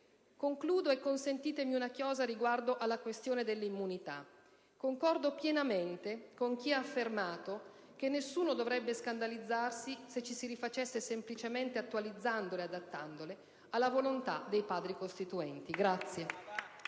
ricordarci. Consentitemi una chiosa riguardo alla questione dell'immunità. Concordo pienamente con chi ha affermato che nessuno dovrebbe scandalizzarsi se ci si rifacesse semplicemente, attualizzandola e adattandola, alla volontà dei Padri costituenti.